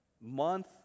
month